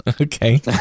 Okay